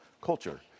culture